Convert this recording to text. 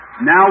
Now